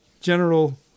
general